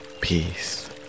peace